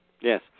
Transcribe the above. Yes